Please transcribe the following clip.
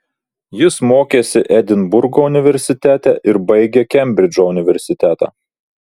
jis mokėsi edinburgo universitete ir baigė kembridžo universitetą